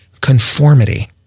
conformity